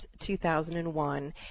2001